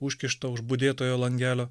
užkištą už budėtojo langelio